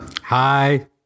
Hi